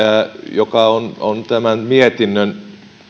joka on on tämän mietinnön